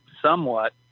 somewhat